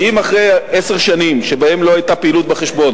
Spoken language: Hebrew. כי אם אחרי עשר שנים שבהן לא היתה פעילות בחשבון